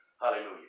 Hallelujah